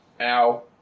Ow